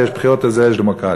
על זה יש בחירות ועל זה יש דמוקרטיה.